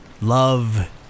Love